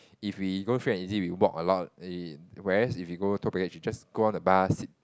if we go free and easy we walk a lot eh whereas if we go tour package we just go on the bus sit